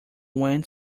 went